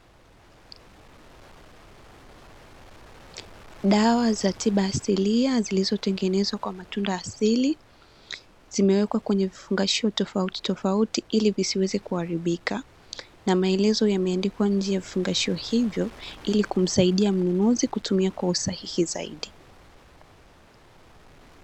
Dawa za tiba asilia zilizotengenezwa kwa matunda asili, Zimewekwa kwenye vifungashio tofautitofauti ili visiweze kuharibika na maelezo yameandikwa nje ya vifungashio hivyo ili kumsaidia mnunuzi kutumia kwa usahihi zaidi.